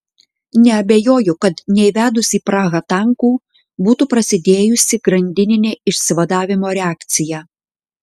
neabejoju kad neįvedus į prahą tankų būtų prasidėjusi grandininė išsivadavimo reakcija